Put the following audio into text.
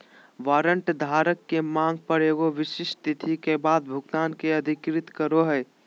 warrant धारक के मांग पर एगो विशिष्ट तिथि के बाद भुगतान के अधिकृत करो हइ